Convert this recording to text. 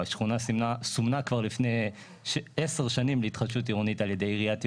השכונה סומנה כבר לפני 10 שנים להתחדשות עירונית על ידי עיריית ירושלים.